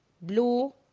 blue